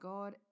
God